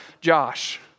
Josh